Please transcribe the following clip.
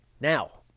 now